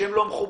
שהם לא מחוברים,